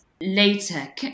later